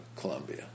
Columbia